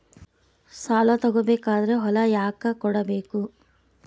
ಸಾಲ ತಗೋ ಬೇಕಾದ್ರೆ ಹೊಲ ಯಾಕ ಕೊಡಬೇಕು?